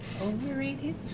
Overrated